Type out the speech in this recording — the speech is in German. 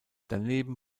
daneben